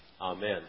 Amen